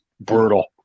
brutal